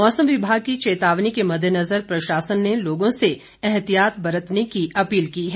मौसम विभाग की चेतावनी के मददेनजर प्रशासन ने लोगों से एहतियात बरतने की अपील की है